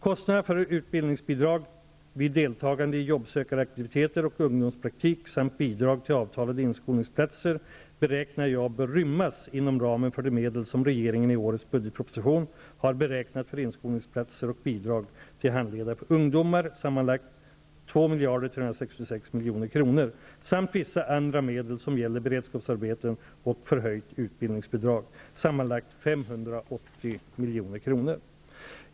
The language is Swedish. Kostnaderna för utbildningsbidrag vid deltagande i jobbsökaraktiviteter och ungdomspraktik samt bidrag till avtalade inskolningsplatser beräknar jag bör rymmas inom ramen för de medel som re geringen i årets budgetproposition har beräknat för inskolningsplatser och bidrag till handledare för ungdomar, sammanlagt 2,366 miljarder kro nor, samt vissa andra medel som gäller bered skapsarbeten och förhöjt utbildningsbidrag, sam manlagt 580 milj.kr.